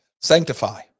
Sanctify